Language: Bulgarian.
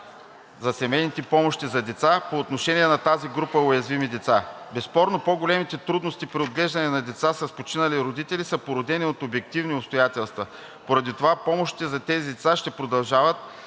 за семейните помощи за деца по отношение на тази група уязвими деца. Безспорно по-големите трудности при отглеждането на деца с починали родители са породени от обективни обстоятелства. Поради това помощите за тези деца ще продължат